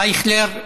אייכלר,